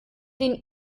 den